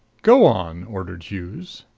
go on! ordered hughes.